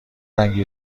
رنگی